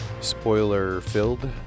spoiler-filled